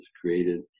created